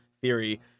theory